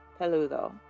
Peludo